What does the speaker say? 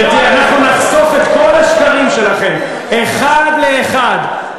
אנחנו נחשוף את כל השקרים שלכם אחד לאחד.